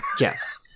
Yes